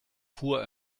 fuhr